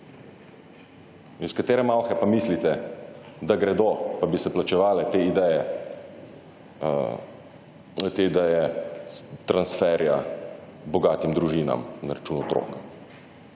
Iz katere malhe pa mislite, da gredo in bi se plačevale te ideje transferja bogatim družinam na račun otrok?